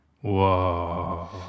Whoa